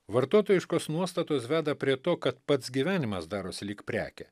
vartotojiškos nuostatos veda prie to kad pats gyvenimas darosi lyg prekė